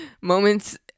moments